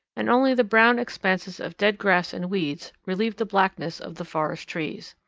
and only the brown expanses of dead grass and weeds relieve the blackness of the forest trees.